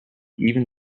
even